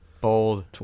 bold